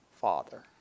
Father